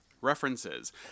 references